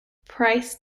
price